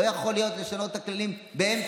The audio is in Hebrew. לא יכול להיות שמשנים את הכללים באמצע,